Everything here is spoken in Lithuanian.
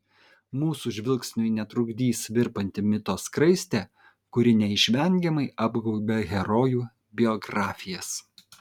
mūsų žvilgsniui netrukdys virpanti mito skraistė kuri neišvengiamai apgaubia herojų biografijas